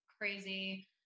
crazy